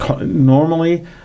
normally